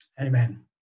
Amen